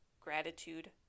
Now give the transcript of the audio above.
gratitude